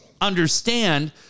understand